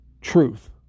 truth